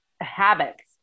habits